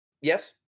Yes